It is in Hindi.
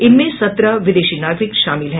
इनमें सत्रह विदेशी नागरिक शामिल हैं